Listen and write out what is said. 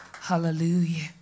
Hallelujah